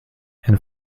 and